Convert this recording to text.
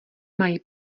mají